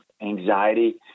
Anxiety